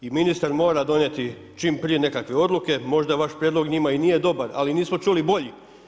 I ministar mora donijeti čim prije nekakve odluke, možda vaš prijedlog njima i nije dobar, ali nismo čuli bolji.